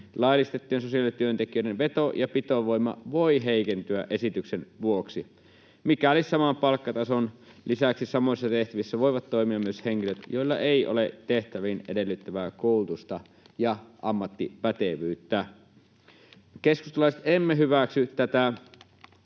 laillistettujen sosiaalityöntekijöiden veto- ja pitovoima voi heikentyä esityksen vuoksi, mikäli saman palkkatason lisäksi samoissa tehtävissä voivat toimia myös henkilöt, joilla ei ole tehtäviin edellytettävää koulutusta ja ammattipätevyyttä. Me keskustalaiset emme hyväksy tätä